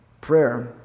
prayer